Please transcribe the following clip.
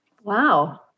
Wow